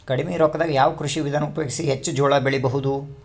ಕಡಿಮಿ ರೊಕ್ಕದಾಗ ಯಾವ ಕೃಷಿ ವಿಧಾನ ಉಪಯೋಗಿಸಿ ಹೆಚ್ಚ ಜೋಳ ಬೆಳಿ ಬಹುದ?